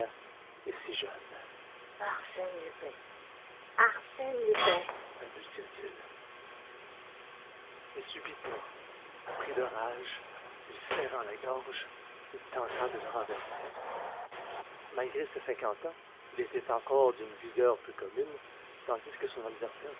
et si jeune arsène lupin arsène lupin balbutia-t-il et subitement pris de rage lui serrant la gorge il tenta de le renverser malgré ses cinquante ans il était encore d'une vigueur peu commune tandis que son adversaire